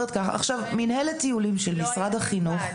מנהלת טיולים של משרד החינוך.